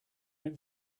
out